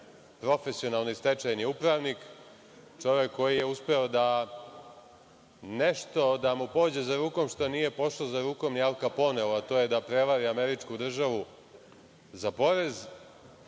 Profesionalni stečajni upravnik, čovek koji je uspeo da mu nešto pođe za rukom što nije pošlo za rukom ni Al Kaponeu, a to je da prevari američku državu za porez.